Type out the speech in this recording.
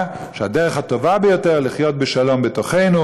שהדרך הטובה ביותר היא לחיות בשלום בתוכנו,